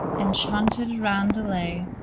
and chaunted a roundelay.